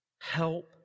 Help